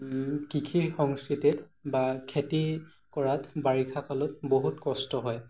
কৃষি সংস্কৃতিত বা খেতি কৰাত বাৰিষা কালত বহুত কষ্ট হয়